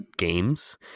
Games